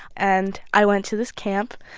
and i went to this camp.